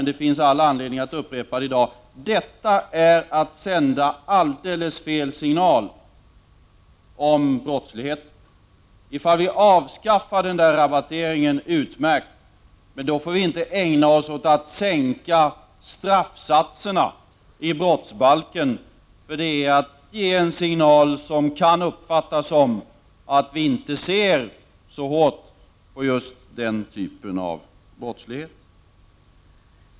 Det finns all anledning att i dag upprepa vad jag har sagt tidigare: Detta är att sända alldeles fel signal om brottsligheten. Om vi avskaffar den där rabatteringen är det utmärkt, men då får vi inte ägna oss åt att sänka straffsatserna i brottsbalken, för det är att ge en signal som kan uppfattas som att vi inte ser så strängt på just den typen av brottslighet.